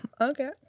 Okay